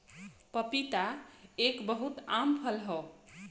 पपीता एक बहुत आम फल हौ